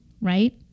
right